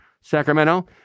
Sacramento